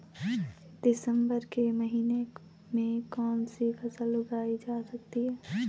दिसम्बर के महीने में कौन सी फसल उगाई जा सकती है?